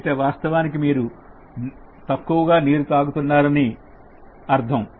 అయితే వాస్తవానికి మీరు తక్కువ నీరు తాగుతున్నారని అర్థం